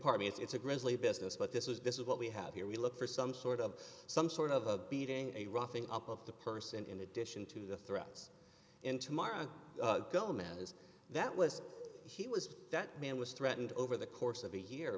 partly it's a grisly business but this is this is what we have here we look for some sort of some sort of a beating a roughing up of the person in addition to the threats in tomorrow gomez that was he was that man was threatened over the course of a year